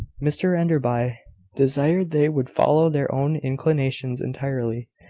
mr enderby desired they would follow their own inclinations entirely.